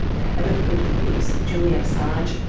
the head of wikileaks, julian assange,